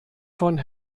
von